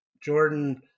Jordan